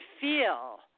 feel